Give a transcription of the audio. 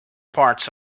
parts